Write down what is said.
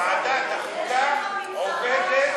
ועדת החוקה עובדת,